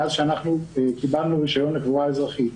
מאז שאנחנו קיבלנו רישיון לקבורה אזרחית,